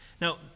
Now